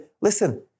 listen